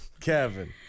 Kevin